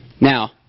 Now